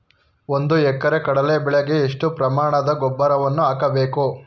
ಒಂದು ಎಕರೆ ಕಡಲೆ ಬೆಳೆಗೆ ಎಷ್ಟು ಪ್ರಮಾಣದ ಗೊಬ್ಬರವನ್ನು ಹಾಕಬೇಕು?